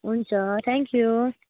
हुन्छ थ्याङ्क्यु